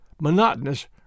monotonous